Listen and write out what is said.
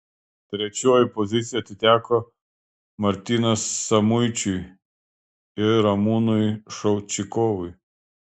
trečioji pozicija atiteko martynas samuičiui ir ramūnui šaučikovui